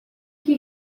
que